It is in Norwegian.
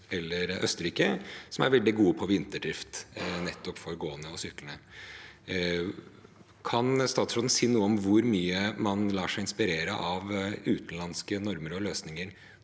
eller Østerrike, som er veldig gode på vinterdrift nettopp for gående og syklende. Kan statsråden si noe om hvor mye man lar seg inspirere av utenlandske normer og løsninger